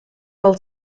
pel